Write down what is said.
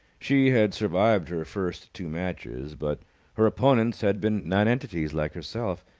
she had survived her first two matches, but her opponents had been nonentities like herself.